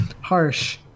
Harsh